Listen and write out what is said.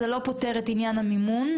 זה לא פותר את עניין המימון,